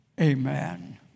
Amen